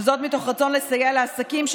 וזאת מתוך רצון לסייע לעסקים,